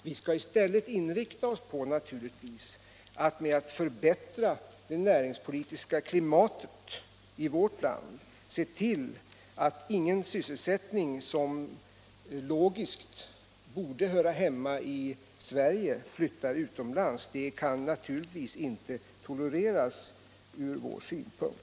Vi skall naturligtvis i stället inrikta oss på att förbättra det näringspolitiska klimatet i vårt land och se till att ingen sysselsättning som logiskt borde 53 höra hemma i Sverige flyttar utomlands. Det kan naturligtvis inte tolereras från vår synpunkt.